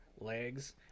legs